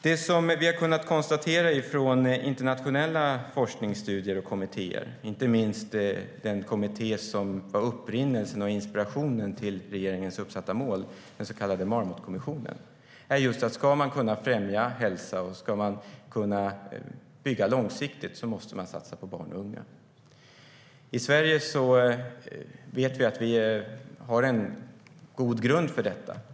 Det som vi har kunnat konstatera från internationella forskningsstudier och kommittéer, inte minst den kommitté som var upprinnelsen och inspirationen till regeringens uppsatta mål, den så kallade Marmotkommissionen, är just att om man ska kunna främja hälsa och kunna bygga långsiktigt måste man satsa på barn och unga. Vi vet att vi i Sverige har en god grund för detta.